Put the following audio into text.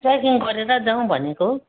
trekking गरेर जाउँ भनेको